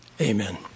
Amen